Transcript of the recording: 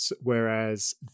Whereas